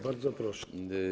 Bardzo proszę.